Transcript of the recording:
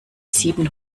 sieben